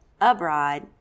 abroad